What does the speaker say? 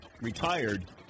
retired